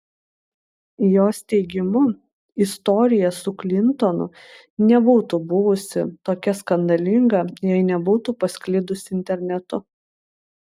jos teigimu istorija su klintonu nebūtų buvusi tokia skandalinga jei nebūtų pasklidusi internetu